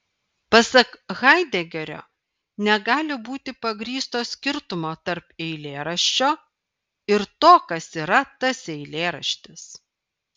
pasak haidegerio negali būti pagrįsto skirtumo tarp eilėraščio ir to kas yra tas eilėraštis